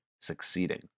succeeding